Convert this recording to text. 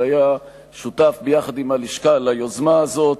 שהיה שותף יחד עם הלשכה ליוזמה הזאת,